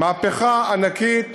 מהפכה ענקית